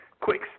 quick